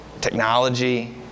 Technology